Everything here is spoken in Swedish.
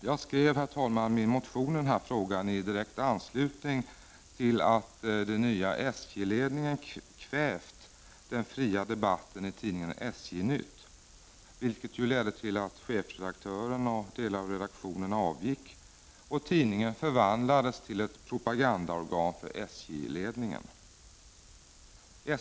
Jag skrev min motion i den här frågan i direkt anslutning till att den nya SJ-ledningen kvävt den fria debatten i tidningen SJ-Nytt, vilket ledde till att chefredaktören och delar av redaktionen avgick och tidningen förvandlades till ett propagandaorgan för SJ-ledningen.